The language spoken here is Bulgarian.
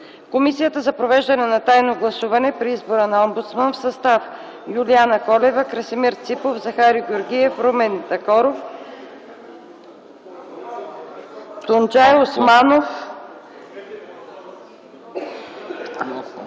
Комисията за провеждане на тайно гласуване при избора на омбудсман в състав: Юлиана Колева, Красимир Ципов, Захари Георгиев, Румен Такоров, Тунджай Османов, Ердоан